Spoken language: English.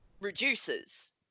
reduces